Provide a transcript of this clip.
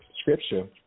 scripture